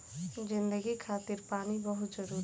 जिंदगी खातिर पानी बहुत जरूरी बा